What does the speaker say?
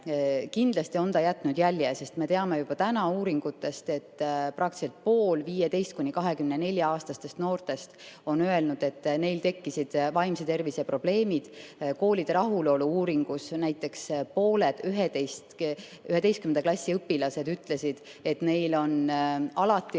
Kindlasti on ta jätnud jälje, sest me teame juba nüüd uuringute põhjal, et praktiliselt pool 15–24‑aastastest noortest on öelnud, et neil tekkisid vaimse tervise probleemid. Koolide rahulolu‑uuringus näiteks pooled 11. klassi õpilased ütlesid, et neil on alati või